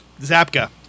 Zapka